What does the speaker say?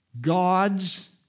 God's